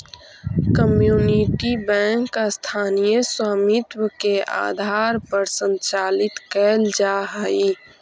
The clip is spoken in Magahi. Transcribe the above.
कम्युनिटी बैंक स्थानीय स्वामित्व के आधार पर संचालित कैल जा हइ